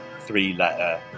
three-letter